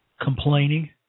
complaining